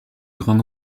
grains